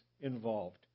involved